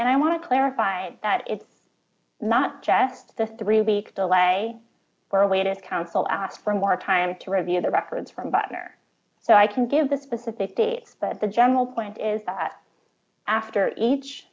and i want to clarify that it's not just the three week delay where awaited counsel ask for more time to review the records from buckner so i can give the specific date but the general point is that after each